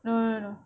no no no